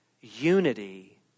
unity